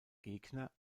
gegner